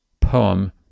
poem